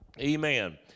Amen